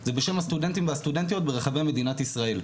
זה בשם הסטודנטים והסטודנטיות ברחבי מדינת ישראל.